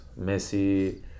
Messi